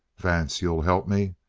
vance, you'll help me?